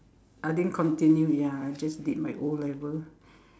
I didn't continue ya I just did my O-level